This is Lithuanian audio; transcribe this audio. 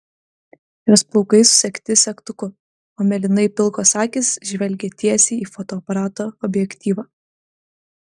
jos plaukai susegti segtuku o mėlynai pilkos akys žvelgia tiesiai į fotoaparato objektyvą